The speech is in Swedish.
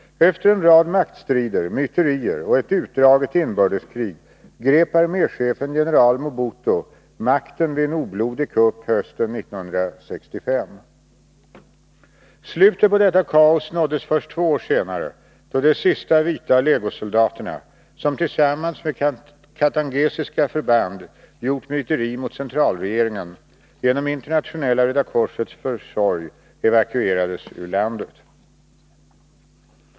Efter en rad maktstrider, myterier och ett utdraget inbördeskrig grep arméchefen, general Mobutu, makten vid en oblodig kupp hösten 1965. Slutet på detta kaos nåddes först två år senare då de sista vita legosoldaterna, som tillsammans med katangesiska förband gjort myteri mot centralregeringen, genom Internationella röda korsets förmedling evakuerades ur landet.